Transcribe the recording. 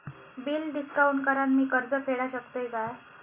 Bill discount करान मी कर्ज फेडा शकताय काय?